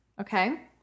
okay